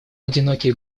одинокий